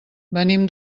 venim